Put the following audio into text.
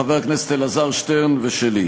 חבר הכנסת אלעזר שטרן ושלי.